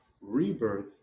rebirth